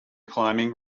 climbing